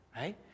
right